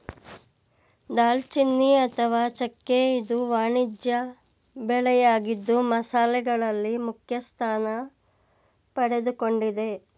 ದಾಲ್ಚಿನ್ನಿ ಅಥವಾ ಚೆಕ್ಕೆ ಇದು ವಾಣಿಜ್ಯ ಬೆಳೆಯಾಗಿದ್ದು ಮಸಾಲೆಗಳಲ್ಲಿ ಮುಖ್ಯಸ್ಥಾನ ಪಡೆದುಕೊಂಡಿದೆ